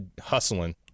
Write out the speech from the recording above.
hustling